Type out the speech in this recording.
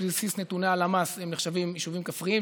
בסיס נתוני הלמ"ס נחשבים יישובים כפריים,